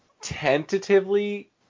tentatively